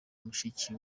mushiki